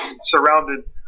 surrounded